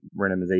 randomization